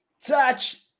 Touch